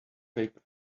paper